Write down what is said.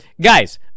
Guys